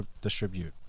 Distribute